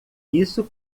isso